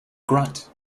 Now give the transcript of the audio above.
grunt